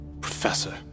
Professor